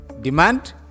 demand